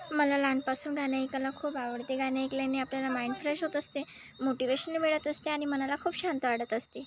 मला लहानपणापासून गाणे ऐकायला खूप आवडते गाणे ऐकल्याने आपल्याला माइंड फ्रेश होत असते मोटिवेशन मिळत असते आणि मनाला खूप शांत वाटत असते